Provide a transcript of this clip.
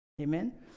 Amen